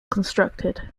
constructed